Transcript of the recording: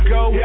go